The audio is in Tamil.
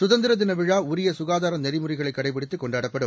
சுதந்திரதினவிழாஉரியசுகாதாரநெறிமுறைகளைகடைபிடித்துகொண்டாடப்படும்